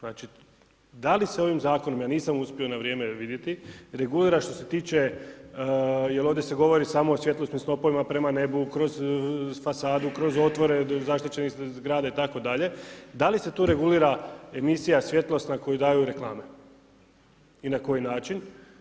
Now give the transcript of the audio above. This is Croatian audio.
Znači, da li se ovim zakonom ja nisam uspio na vrijeme vidjeti, regulira što se tiče jer ovdje se govori samo o svjetlosnim snopovima prema nebu kroz fasadu, kroz otvore zaštićene zgrade itd. da li se tu regulira emisija svjetlosna koju daju reklame i na koji način?